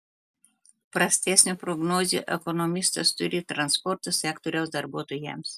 prastesnių prognozių ekonomistas turi transporto sektoriaus darbuotojams